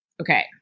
okay